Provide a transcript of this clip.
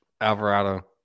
Alvarado